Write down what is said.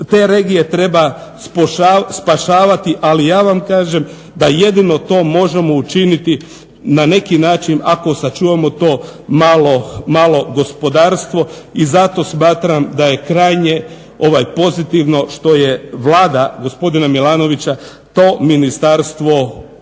Te regije treba spašavati, ali ja vam kažem da jedino to možemo učiniti na neki način ako sačuvamo to malo gospodarstvo i zato smatram da je krajnje ovaj pozitivno što je Vlada gospodina Milanovića to ministarstvo uvelo